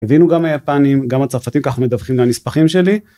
הבינו גם הפנים גם הצרפתים ככה מדווחים לנספחים שלי.